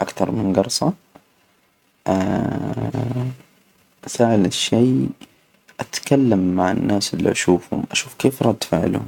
أكثر من جرصة، ثالث شي أتكلم مع الناس اللي أشوفهم، أشوف كيف رد فعلهم.